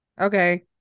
Okay